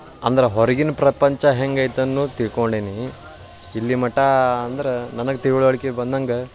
ಅಂದ್ರೆ ಹೊರ್ಗಿನ ಪ್ರಪಂಚ ಹೆಂಗೈತೆ ಅನ್ನೋದು ತಿಳ್ಕೊಂಡೇನಿ ಇಲ್ಲಿ ಮಟ ಅಂದ್ರೆ ನನಗೆ ತಿಳುವಳಿಕೆ ಬಂದಂಗೆ